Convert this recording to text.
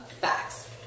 facts